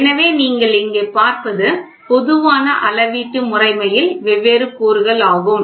எனவே நீங்கள் இங்கே பார்ப்பது பொதுவான அளவீட்டு முறைமையில் வெவ்வேறு கூறுகள் ஆகும்